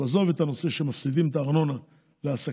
עזוב את הנושא שהם מפסידים את הארנונה לעסקים.